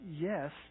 yes